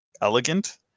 elegant